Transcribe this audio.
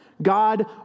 God